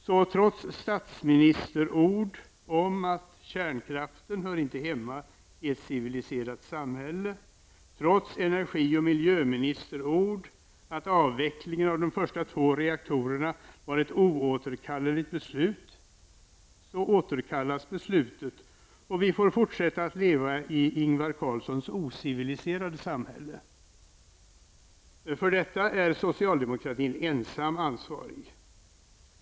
Så trots statsministerord om att kärnkraften inte hör hemma i ett civiliserat samhälle, och trots energioch miljöministerord om att avvecklingen av de första två reaktorerna var ett oåterkalleligt beslut, återkallas beslutet, och vi får fortsätta att leva i Ingvar Carlssons ocivilicerade samhälle. För detta är socialdemokratin ensam ansvarig.